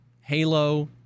halo